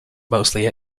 mostly